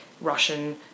Russian